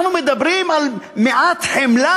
אנחנו מדברים על מעט חמלה.